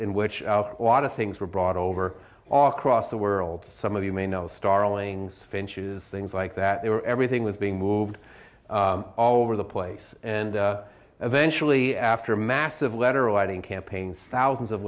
in which a lot of things were brought over all across the world some of you may know starlings finches things like that they were everything was being moved all over the place and eventually after a massive letter writing campaign thousands of